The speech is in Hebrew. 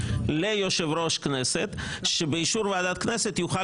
ליושב ראש הכנסת שבאישור ועדת הכנסת יוכל